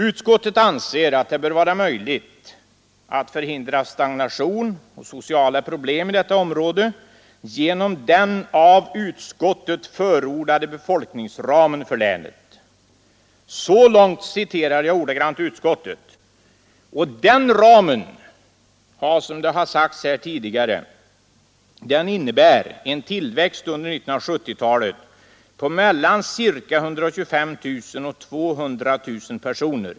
Utskottet anser att det bör vara möjligt att förhindra stagnation och sociala problem i detta område genom ”den av utskottet förordade befolkningsramen för länet”. Så långt citerar jag ordagrant utskottet. Och den ramen innebär, som har sagts här tidigare, en tillväxt under 1970-talet på mellan ca 125 000 och 200 000 personer.